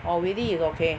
already is okay